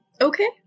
Okay